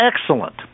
excellent